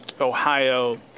Ohio